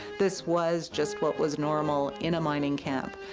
this was just what was normal in a mining camp.